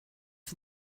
for